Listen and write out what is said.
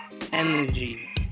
energy